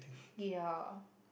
ya